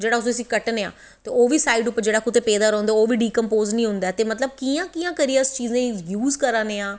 जेह्ड़ी उसी अस कटनें आं ओह् बा साईड पर कुदै पेदा रौंह्दा डिकंपोज़ नी होंदा